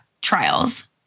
trials